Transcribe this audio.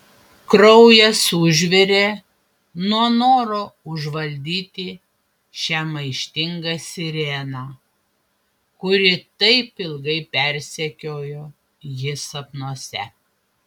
kraujas užvirė nuo noro užvaldyti šią maištingą sireną kuri taip ilgai persekiojo jį sapnuose